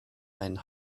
einen